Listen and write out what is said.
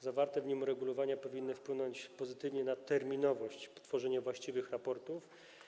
Zawarte w nim uregulowania powinny wpłynąć pozytywnie na terminowość tworzenia właściwych raportów.